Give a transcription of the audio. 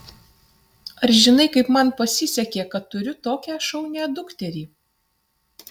ar žinai kaip man pasisekė kad turiu tokią šaunią dukterį